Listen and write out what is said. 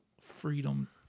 Freedom